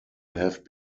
have